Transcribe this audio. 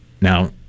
Now